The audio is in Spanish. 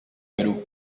perú